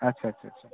আচ্ছা আচ্ছা আচ্ছা